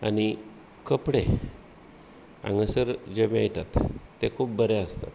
आनी कपडे हांगासर जे मेळटात खूब बरें आसतात